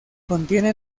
contiene